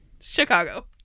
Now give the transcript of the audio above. Chicago